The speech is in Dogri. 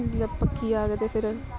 जेल्लै पक्की जाह्ग ते फिर